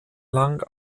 lang